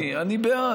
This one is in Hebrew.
אני הצעתי, אני בעד.